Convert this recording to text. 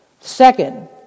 Second